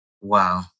Wow